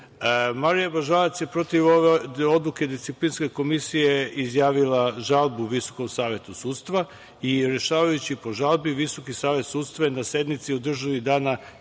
Bažalac je protiv ove odluke Disciplinske komisije izjavila žalbu Visokom savetu sudstva i rešavajući po žalbi Visoki savet sudstva je na sednici održanoj dana 11.